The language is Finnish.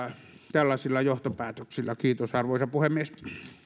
tällaisilla johtopäätöksillä kiitos arvoisa puhemies